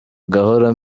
gahoro